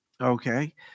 Okay